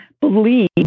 believe